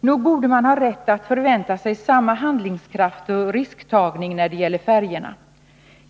Nog borde man ha rätt att förvänta sig samma handlingskraft och risktagning när det gäller färjorna.